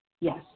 Yes